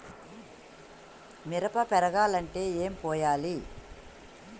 మిరప పెరగాలంటే ఏం పోయాలి?